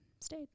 stayed